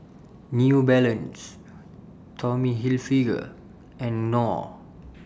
New Balance Tommy Hilfiger and Knorr